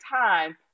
time